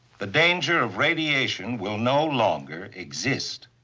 the danger of radiation will no longer exist.